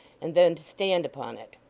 and then to stand upon it.